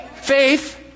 Faith